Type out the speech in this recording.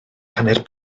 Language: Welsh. hanner